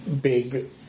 big